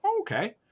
Okay